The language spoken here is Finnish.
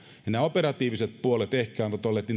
operatiiviset puolet ehkä ovat olleet arvokkaampia rooleja